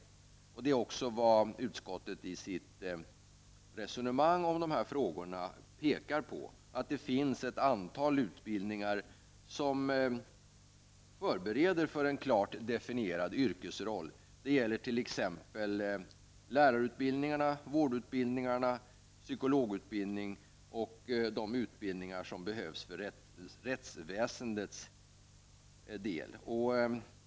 Det är också vad utskottet pekar på i sitt resonemang om dessa frågor. Det finns ett antal utbildningar som förbereder för en klart definierad yrkesroll. Det gäller t.ex. lärarutbildningarna, vårdutbildningarna, psykologutbildning och de utbildningar som behövs för rättsväsendets del.